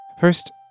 First